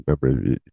remember